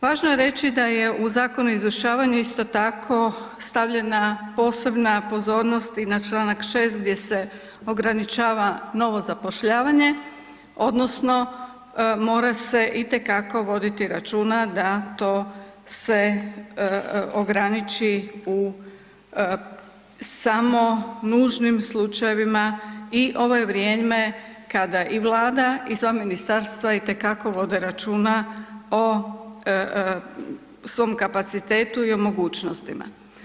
Važno je reći da je u Zakonu o izvršavanju isto tako stavljena posebna pozornost i na čl. 6.gdje se ograničava novo zapošljavanje odnosno mora se itekako voditi računa da to se ograniči samo nužnim slučajevima i ovo je vrijeme kada i Vlada i sva ministarstva itekako vode računa o svom kapacitetu i mogućnostima.